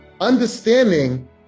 Understanding